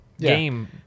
game